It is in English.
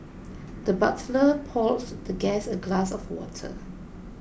the butler poured the guest a glass of water